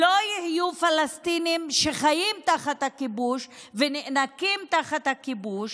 לא יהיו פלסטינים שחיים תחת הכיבוש ונאנקים תחת כיבוש.